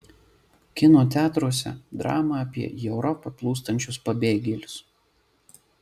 kino teatruose drama apie į europą plūstančius pabėgėlius